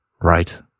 right